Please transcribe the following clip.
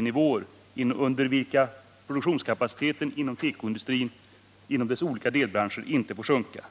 Planen innebär i sammanfattning att mot bakgrund av försörjningsberedskapskraven fastställs miniminivåer under vilka produktionskapaciteten inom tekoindustrins olika delbranscher inte får sjunka.